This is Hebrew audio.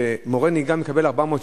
ומורה נהיגה מקבל 400 שקל.